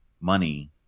money